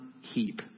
heap